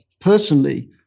personally